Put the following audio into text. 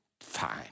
fine